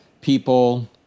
people